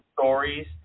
stories